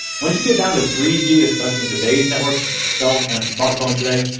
once you get down to three g, especially in today's networks and cells and smartphones today,